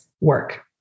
work